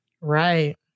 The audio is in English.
right